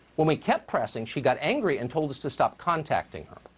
when we kept pressing, she got angry and told us to stop contacting her.